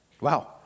Wow